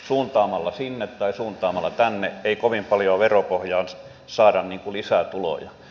suuntaamalla sinne tai suuntaamalla tänne ei kovin paljoa veropohjaan saada lisää tuloja